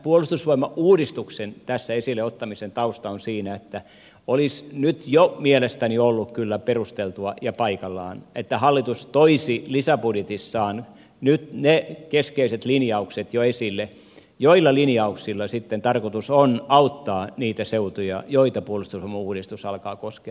puolustusvoimauudistuksen tässä esille ottamisen tausta on minulla siinä että olisi nyt jo mielestäni ollut kyllä perusteltua ja paikallaan että hallitus toisi lisäbudjetissaan jo esille ne keskeiset linjaukset joilla linjauksilla sitten tarkoitus on auttaa niitä seutuja joita puolustusvoimauudistus alkaa koskea